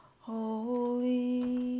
holy